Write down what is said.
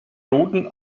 roten